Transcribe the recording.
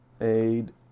Aid